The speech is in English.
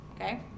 okay